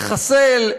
לחסל,